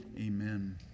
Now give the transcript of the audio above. amen